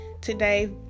today